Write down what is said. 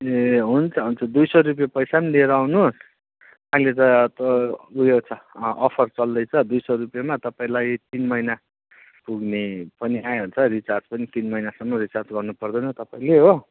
ए हुन्छ हुन्छ दुई सौ रुपियाँ पैसा पनि लिएर आउनुहोस् अहिले त उयो छ अफर चल्दैछ दुई सौ रुपियाँमा तपाईँलाई तिन महिना पुग्ने पनि आइहाल्छ रिचार्ज पनि तिन महिनासम्म रिचार्ज गर्नु पर्दैन तपाईँले हो